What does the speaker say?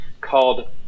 called